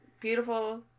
beautiful